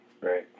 Right